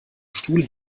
stuhl